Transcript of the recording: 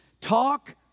Talk